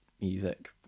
music